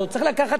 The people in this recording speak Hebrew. צריך לקחת את הכסף,